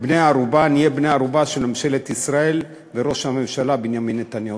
בני ערובה של ממשלת ישראל וראש הממשלה בנימין נתניהו.